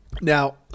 Now